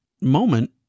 moment